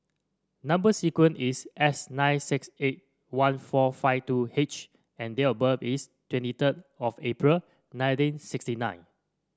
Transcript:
number sequence is S nine six eight one four five two H and date of birth is twenty third of April nineteen sixty nine